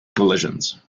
collisions